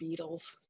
Beatles